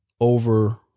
over